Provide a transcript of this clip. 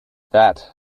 that